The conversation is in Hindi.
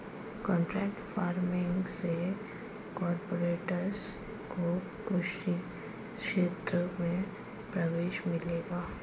कॉन्ट्रैक्ट फार्मिंग से कॉरपोरेट्स को कृषि क्षेत्र में प्रवेश मिलेगा